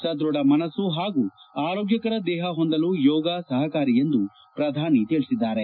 ಸದ್ಬಧ ಮನಸ್ನು ಹಾಗೂ ಆರೋಗ್ಯಕರ ದೇಹಹೊಂದಲು ಯೋಗ ಸಹಕಾರಿ ಎಂದು ಪ್ರಧಾನಿ ತಿಳಿಸಿದ್ದಾರೆ